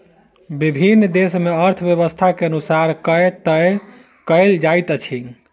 विभिन्न देस मे अर्थव्यवस्था के अनुसार कर तय कयल जाइत अछि